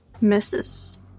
Misses